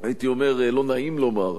הייתי אומר, לא נעים לומר,